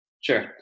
Sure